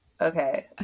okay